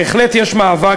בהחלט יש מאבק,